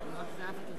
אין התנגדויות.